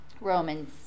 Romans